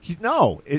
No